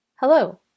Hello